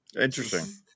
Interesting